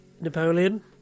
Napoleon